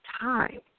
time